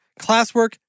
classwork